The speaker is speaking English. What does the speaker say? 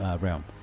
realm